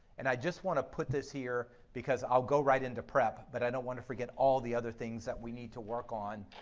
and i just want to put this here because i'll go right into prep but i don't want to forget all the other things that we need to work on,